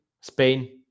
Spain